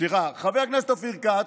חבר הכנסת אופיר כץ.